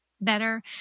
better